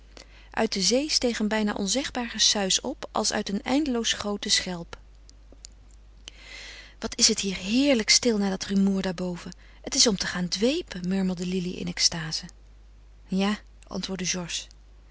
uit de zee steeg een bijna onzegbaar gesuis op als uit een eindeloos groote schelp wat is het hier heerlijk stil na dat rumoer daarboven het is om te gaan dwepen murmelde lili in extaze ja antwoordde